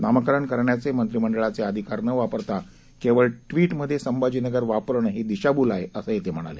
नामकरणकरण्याचेमंत्रीमंडळाचेअधिकारनवापरताकेवळट्विटमध्येसंभाजीनगरवापरणंही दिशाभूलआहे असंतेम्हणाले